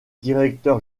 directeur